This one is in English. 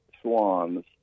Swans